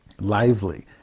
Lively